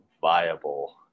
viable